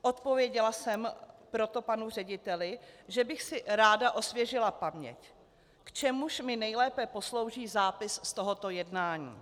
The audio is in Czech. Odpověděla jsem proto panu řediteli, že bych si ráda osvěžila paměť, k čemuž mi nejlépe poslouží zápis z tohoto jednání.